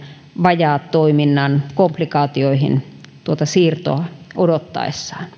vajaatoiminnan komplikaatioihin tuota siirtoa